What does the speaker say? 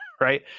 right